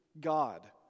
God